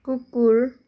कुकुर